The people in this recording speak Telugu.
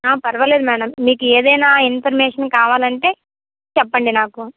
ఆ పర్వాలేదు మేడం మీకు ఏదైనా ఇన్ఫర్మేషన్ కావాలి అంటే చెప్పండి నాకు